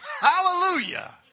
Hallelujah